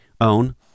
own